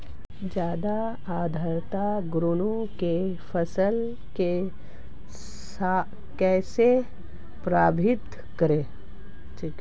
ज़्यादा आर्द्रता गन्ने की फसल को कैसे प्रभावित करेगी?